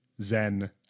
Zen